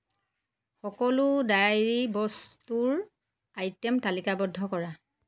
সকলো ডাইৰীৰ বস্তুৰ আইটেম তালিকাবদ্ধ কৰা